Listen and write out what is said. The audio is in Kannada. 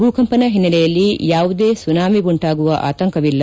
ಭೂಕಂಪನ ಹಿನ್ನೆಲೆಯಲ್ಲಿ ಯಾವುದೇ ಸುನಾಮಿ ಉಂಟಾಗುವ ಆಂತಕವಿಲ್ಲ